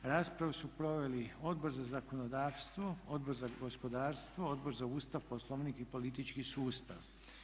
Raspravu su proveli Odbor za zakonodavstvo, Odbor za gospodarstvo, Odbor za Ustav, Poslovnik i politički sustav.